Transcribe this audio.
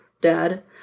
dad